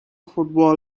football